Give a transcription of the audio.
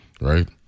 right